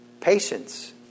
Patience